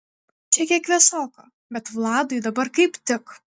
čia kiek vėsoka bet vladui dabar kaip tik